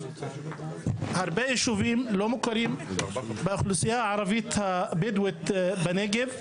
הרבה יישובים לא מוכרים באוכלוסייה הערבית הבדואית בנגב,